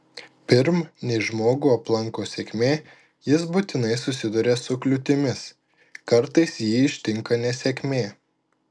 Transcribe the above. pirm nei žmogų aplanko sėkmė jis būtinai susiduria su kliūtimis kartais jį ištinka nesėkmė